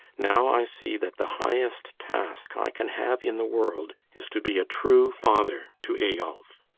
now i see that the highest task i can have in the world is to be a true father to eyolf.